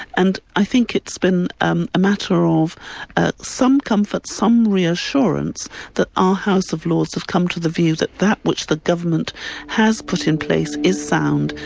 and i think it's been um a matter of ah some comfort, some reassurance that our house of lords has come to the view that that which the government has put in place is sound,